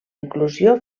inclusió